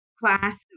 class